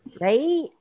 Right